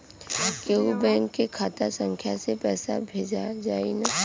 कौन्हू बैंक के खाता संख्या से पैसा भेजा जाई न?